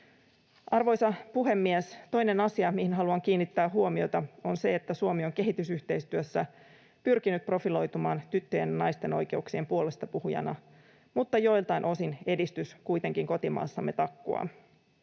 Arvoisa puhemies! Toinen asia, mihin haluan kiinnittää huomiota, on se, että Suomi on kehitysyhteistyössä pyrkinyt profiloitumaan tyttöjen ja naisten oikeuksien puolestapuhujana mutta joiltain osin edistys kuitenkin kotimaassamme takkuaa.